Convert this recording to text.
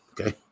Okay